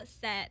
set